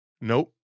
Nope